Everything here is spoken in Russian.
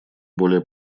более